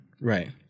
Right